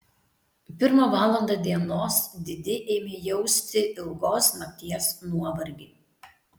pirmą valandą dienos didi ėmė jausti ilgos nakties nuovargį